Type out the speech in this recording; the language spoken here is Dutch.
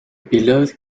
piloot